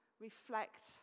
reflect